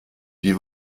die